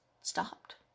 stopped